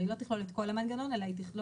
הרי היא לא תכלול את כל המנגנון אלא היא תכלול